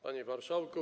Panie Marszałku!